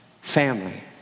family